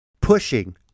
pushing